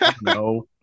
no